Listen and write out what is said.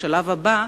בשלב הבא,